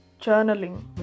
Journaling